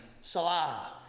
Salah